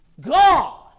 God